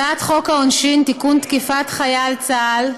הצעת חוק העונשין (תיקון, תקיפת חייל צה"ל),